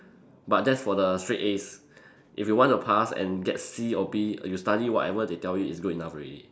but that's for the straight As if you want to pass and get C or B you study whatever they tell you is good enough already